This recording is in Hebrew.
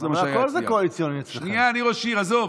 זה מה שהיה אצלי אז.